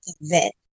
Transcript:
event